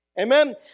Amen